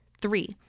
Three